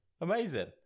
amazing